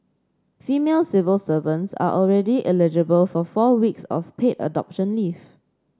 female civil servants are already eligible for four weeks of paid adoption leave